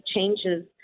changes